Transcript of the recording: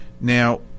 Now